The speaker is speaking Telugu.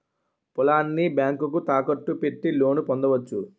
పొలాన్ని బ్యాంకుకు తాకట్టు పెట్టి లోను పొందవచ్చు